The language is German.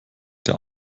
der